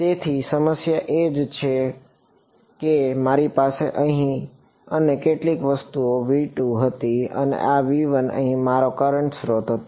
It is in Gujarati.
તેથી સમસ્યા એ જ રહે છે કે મારી પાસે અહીં અને કેટલીક વસ્તુ હતી અને આઅહીં મારો કરંટ સ્રોત હતો